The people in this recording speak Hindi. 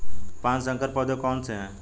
पाँच संकर पौधे कौन से हैं?